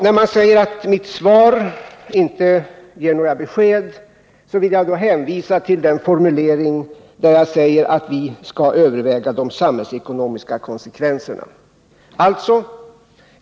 När man säger att mitt svar inte ger några besked vill jag hänvisa till den formulering där jag säger att vi skall överväga de samhällsekonomiska konsekvenserna.